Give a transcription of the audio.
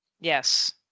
Yes